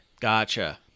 Gotcha